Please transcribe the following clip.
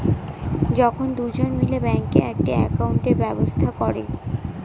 যখন দুজন মিলে ব্যাঙ্কে একটি একাউন্টের ব্যবস্থা করে